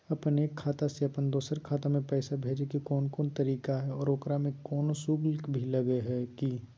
अपन एक खाता से अपन दोसर खाता में पैसा भेजे के कौन कौन तरीका है और ओकरा में कोनो शुक्ल भी लगो है की?